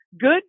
good